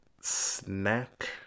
Snack